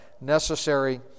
necessary